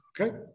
Okay